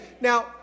Now